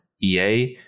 EA